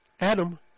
Adam